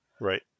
Right